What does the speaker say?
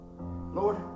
Lord